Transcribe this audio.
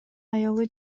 аялы